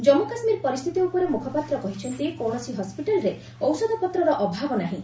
ଜାମ୍ମୁ କାଶ୍ମୀର ପରିସ୍ଥିତି ଉପରେ ମୁଖପାତ୍ର କହିଛନ୍ତି କୌଣସି ହସ୍ୱିଟାଲ୍ରେ ଔଷଧପତ୍ରର ଅଭାବ ନାହିଁ